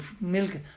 milk